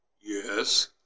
Yes